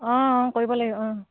অঁ অঁ কৰিব লাগিব অঁ